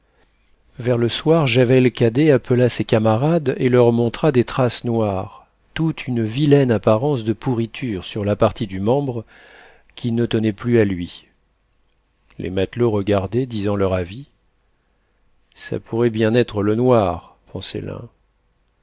vers le soir javel cadet appela ses camarades et leur montra des traces noires toute une vilaine apparence de pourriture sur la partie du membre qui ne tenait plus à lui les matelots regardaient disant leur avis ça pourrait bien être le noir